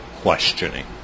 questioning